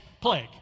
plague